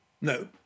No